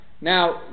Now